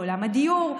בעולם הדיור.